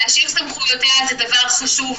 להשאיר "סמכויותיה" זה דבר חשוב,